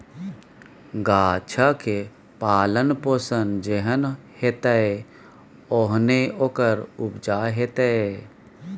गाछक पालन पोषण जेहन हेतै ओहने ओकर उपजा हेतै